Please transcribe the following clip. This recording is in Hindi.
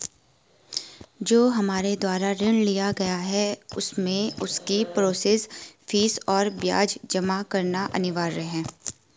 जो हमारे द्वारा ऋण लिया गया है उसमें उसकी प्रोसेस फीस और ब्याज जमा करना अनिवार्य है?